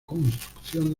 construcción